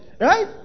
Right